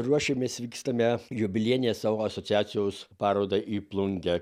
ruošiamės vykstame į jubiliejinės savo asociacijos parodą į plungę